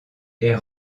est